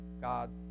God's